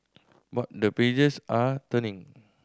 but the pages are turning